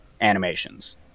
animations